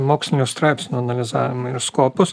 mokslinių straipsnių analizavimui ir skopus